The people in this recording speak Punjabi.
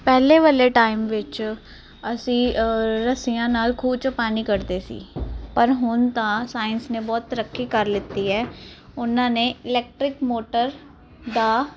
ਪਹਿਲੇ ਵਾਲੇ ਟਾਈਮ ਵਿੱਚ ਅਸੀਂ ਰੱਸਿਆਂ ਨਾਲ ਖੂਹ ਚੋਂ ਪਾਣੀ ਕਰਦੇ ਸੀ ਪਰ ਹੁਣ ਤਾਂ ਸਾਇੰਸ ਨੇ ਬਹੁਤ ਤਰੱਕੀ ਕਰ ਲਿਤੀ ਹ ਉਹਨਾਂ ਨੇ ਇਲੈਕਟਰਿਕ ਮੋਟਰ ਦਾ